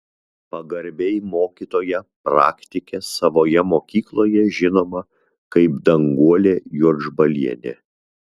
pagarbiai mokytoja praktikė savoje mokykloje žinoma kaip danguolė juodžbalienė